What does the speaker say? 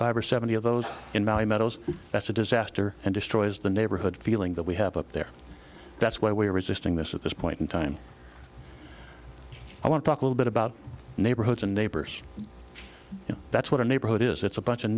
five or seventy of those in value metals that's a disaster and destroys the neighborhood feeling that we have up there that's why we are resisting this at this point in time i want to talk a little bit about neighborhoods and neighbors and that's what a neighborhood is it's a bunch of